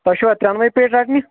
تۄہہِ چھوا تریٚنوے پیٹہِ رٔٹنہِ